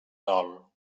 dol